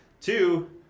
two